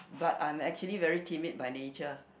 but I'm actually very timid by nature